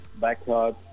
backyard